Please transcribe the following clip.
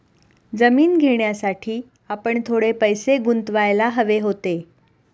जमीन घेण्यासाठी आपण थोडे पैसे गुंतवायला हवे होते